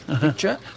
Picture